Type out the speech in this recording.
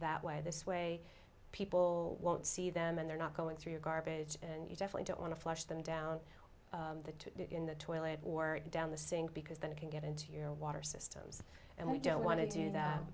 that way this way people won't see them and they're not going through your garbage and you definitely don't want to flush them down the in the toilet or down the sink because then it can get into your water systems and we don't want to do that